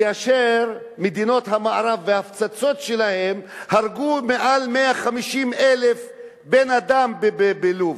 כאשר מדינות המערב בהפצצות שלהן הרגו יותר מ-150,000 בני-אדם בלוב.